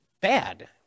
bad